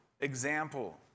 example